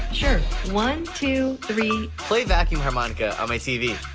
sure. one, two, three play vacuum harmonica on my tv.